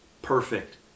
perfect